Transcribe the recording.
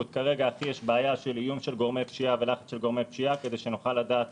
יש כרגע הכי בעיה של איום של גורמי פשיעה כדי שנוכל לדעת